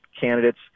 candidates